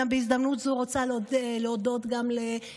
בהזדמנות זו אני רוצה להודות גם ליושב-ראש